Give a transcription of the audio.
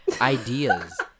ideas